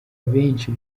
benshi